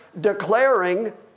declaring